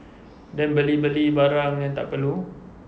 then beli-beli barang yang tak perlu